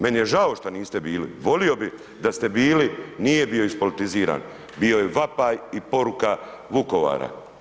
Meni je žao što niste bili, volio bi da ste bili, nije bio ispolitiziran, bio je vapaj i poruka Vukovara.